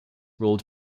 ruled